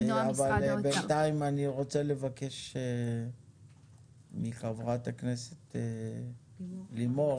בינתיים אני רוצה לבקש מחברת הכנסת לימור